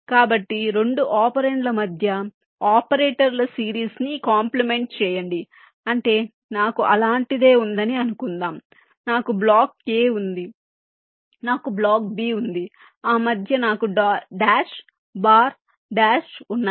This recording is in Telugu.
కాబట్టి రెండు ఒపెరాండ్ల మధ్య ఆపరేటర్ల సిరీస్ ని కాంప్లిమెంట్ చేయండి అంటే నాకు అలాంటిదే ఉందని అనుకుందాం నాకు బ్లాక్ a ఉంది నాకు బ్లాక్ b ఉంది ఆ మధ్య నాకు డాష్ బార్ డాష్ ఉన్నాయి